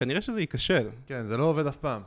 כנראה שזה ייכשל. כן, זה לא עובד אף פעם.